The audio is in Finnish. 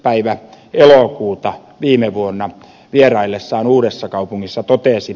päivänä elokuuta viime vuonna vieraillessaan uudessakaupungissa totesi